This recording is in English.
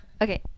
Okay